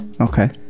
okay